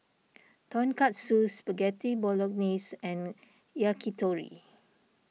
Tonkatsu Spaghetti Bolognese and Yakitori